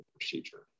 procedure